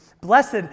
Blessed